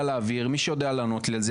ה"מסוימים",